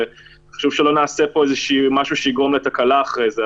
וחשוב שלא נעשה פה משהו שיגרום לתקלה אחרי זה,